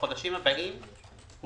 בחודשים הבאים הוא